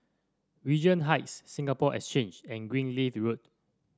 Regent Heights Singapore Exchange and Greenleaf Road